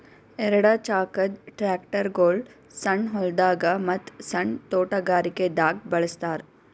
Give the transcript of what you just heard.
ಎರಡ ಚಾಕದ್ ಟ್ರ್ಯಾಕ್ಟರ್ಗೊಳ್ ಸಣ್ಣ್ ಹೊಲ್ದಾಗ ಮತ್ತ್ ಸಣ್ಣ್ ತೊಟಗಾರಿಕೆ ದಾಗ್ ಬಳಸ್ತಾರ್